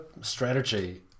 strategy